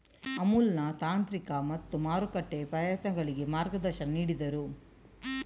ಅಮುಲ್ನ ತಾಂತ್ರಿಕ ಮತ್ತು ಮಾರುಕಟ್ಟೆ ಪ್ರಯತ್ನಗಳಿಗೆ ಮಾರ್ಗದರ್ಶನ ನೀಡಿದರು